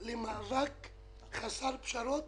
למאבק חסר פשרות,